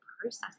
processing